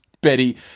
Betty